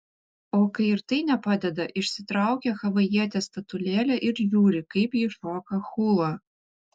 o kai ir tai nepadeda išsitraukia havajietės statulėlę ir žiūri kaip ji šoka hulą